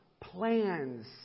plans